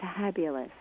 fabulous